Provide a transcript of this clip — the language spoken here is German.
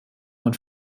man